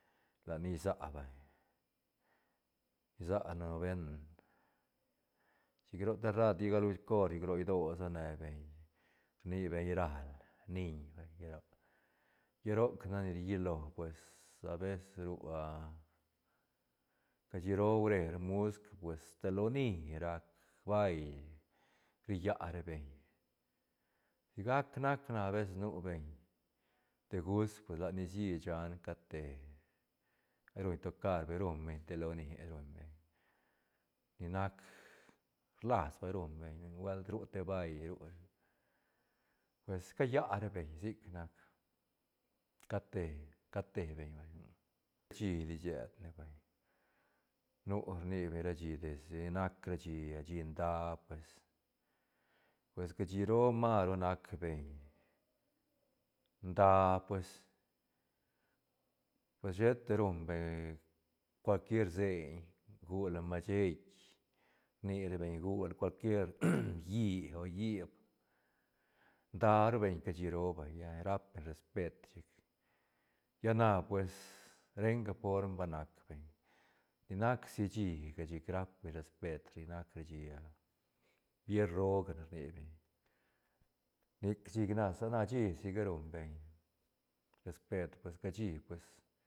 La ni isa vay isa noven chic roc te rat lla galcor chic ro idoö se ne beñ rni beñ ral niñ lla roc- lla roc nac ni rilo pues habeces rua cashi roo bre musc pues ta loni rac bail ri lla ra beñ sigac nac na habeces nu beñ degust lat ni lli shan cat te ruñ tocar beñ ruñ beñ te lonie ruñ beñ ni nac rlas vay ruñ beñ ne nubuelt ru te bail ru pues calla ra beñ sic nac cat te- cat te beñ vay cashili sied ne vay nu rni beñ rashí desde ni nac ra shí nda pues cashi roo masru nac beñ nda pues- pues sheta ruñ beñ cual quier seiñ gula masheit rni ra beñ gula cual quier llí o hip nda ra beñ cashi roo vay rap beñ respet chic lla na pues renga form ba nac beñ ni nac si shíga chic rap beñ respet ni nac ra shí vier rooga ne rni beñ nic chic na sa nashí siga ruñ beñ respet pues cashi pues.